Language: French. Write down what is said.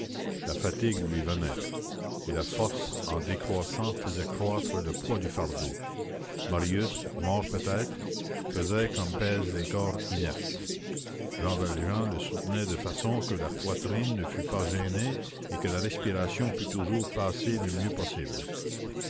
la fatigue lui venait et la force en décroissant faisait croître le poids du fardeau marius mort peut-être pesait comme pèsent les corps inertes jean valjean le soutenait de façon que la poitrine ne fût pas gênée et que la respiration pût toujours passer le mieux possible